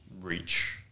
reach